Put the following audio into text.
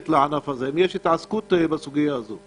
לענף הזה והאם יש התעסקות בסוגיה הזאת.